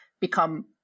become